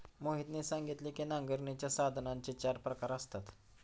मोहितने सांगितले की नांगरणीच्या साधनांचे चार प्रकार असतात